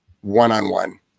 one-on-one